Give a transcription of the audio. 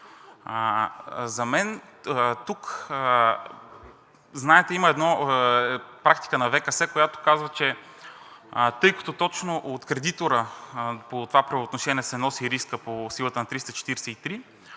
За мен, тук знаете има една „практика на ВКС“, която казва, че, тъй като точно от кредитора по това правоотношение се носи риска по силата на 343